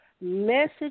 message